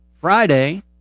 Friday